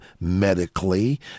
medically